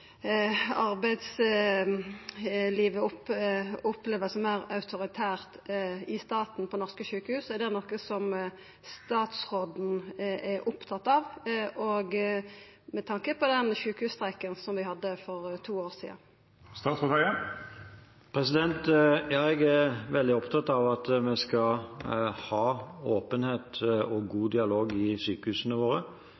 arbeidslivet vert opplevd som meir autoritært i staten, på norske sjukehus, noko som statsråden er opptatt av, òg med tanke på den sjukehusstreiken som vi hadde for to år sidan? Jeg er veldig opptatt av at en skal ha åpenhet og